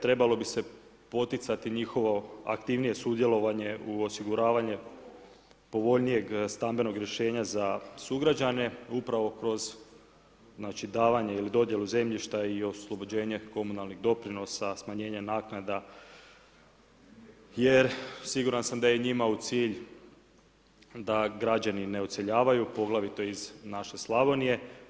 Trebalo bi se poticati njihovo aktivnije sudjelovanje, u osiguravanje povoljnijeg stambenog rješenja za sugrađane upravo kroz znači davanje ili dodjelu zemljišta i oslobođenje komunalnih doprinosa, smanjenje naknada jer siguran sam da je njima u cilju da građani ne odseljavaju poglavito iz naše Slavonije.